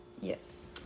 Yes